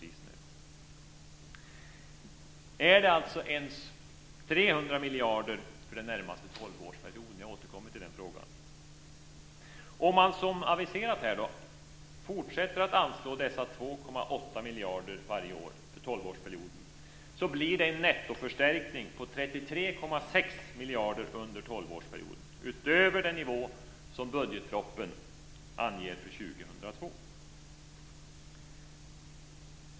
Finns det alltså ens 300 miljarder för den närmaste tolvårsperioden? Jag återkommer till den frågan. Om man då, som aviserat här, fortsätter att anslå dessa 2,8 miljarder varje år under tolvårsperioden blir det en nettoförstärkning på 33,6 miljarder under tolvårsperioden utöver den nivå som budgetpropositionen anger för 2002.